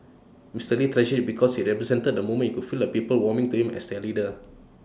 Mr lee treasured IT because IT represented the moment he could feel the people warming to him as their leader